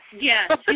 Yes